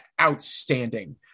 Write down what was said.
outstanding